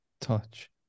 touch